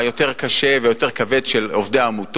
אין אחיות של בריאות התלמיד